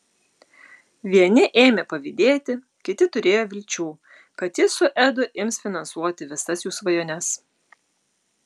vieni ėmė pavydėti kiti turėjo vilčių kad ji su edu ims finansuoti visas jų svajones